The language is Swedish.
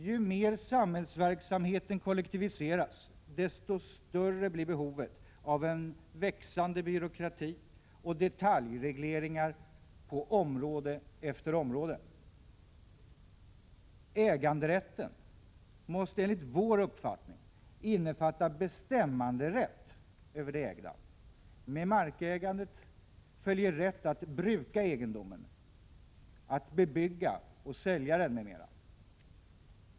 Ju mer samhällsverksamheten kollektiviseras, desto större blir behovet av en växande byråkrati och detaljregleringar på område efter område. Äganderätten måste enligt vår uppfattning innefatta bestämmanderätt över det ägda. Med markägandet följer rätten att bruka egendomen, att bebygga och sälja den, m.m.